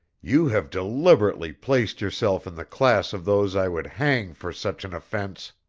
you have deliberately placed yourself in the class of those i would hang for such an offence!